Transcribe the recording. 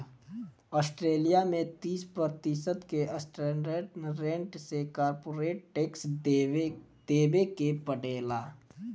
Australia में तीस प्रतिशत के स्टैंडर्ड रेट से कॉरपोरेट टैक्स देबे के पड़ेला